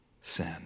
sin